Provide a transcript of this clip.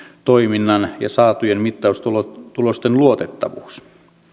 toiminnan ja saatujen mittaustulosten luotettavuus